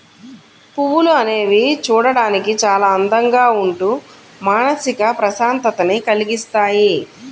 పువ్వులు అనేవి చూడడానికి చాలా అందంగా ఉంటూ మానసిక ప్రశాంతతని కల్గిస్తాయి